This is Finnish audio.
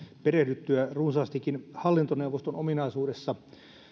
perehdyttyä runsaastikin hallintoneuvoston jäsenen ominaisuudessa